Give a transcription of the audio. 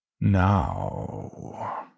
Now